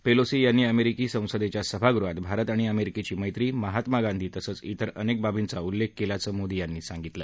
Pelosi यांनी अमेरिकी संसदेच्या सभागृहात भारत आणि अमेरिकेची मैत्री महात्मा गांधी तसंच इतर अनेक बाबींचा उल्लेख केल्याचं मोदी यांनी सांगितलं